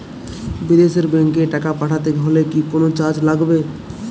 বিদেশের ব্যাংক এ টাকা পাঠাতে হলে কি কোনো চার্জ লাগবে?